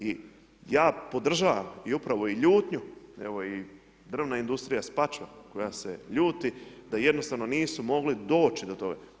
I ja podržavam i upravo i ljutnju evo i državna industrija Spačva koja se ljuti da jednostavno nisu mogli doći do toga.